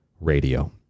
radio